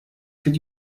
could